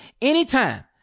anytime